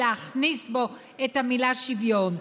להכניס בו את המילה "שוויון".